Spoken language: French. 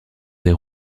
des